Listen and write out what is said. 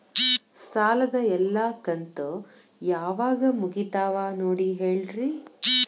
ಸಾಲದ ಎಲ್ಲಾ ಕಂತು ಯಾವಾಗ ಮುಗಿತಾವ ನೋಡಿ ಹೇಳ್ರಿ